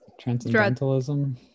Transcendentalism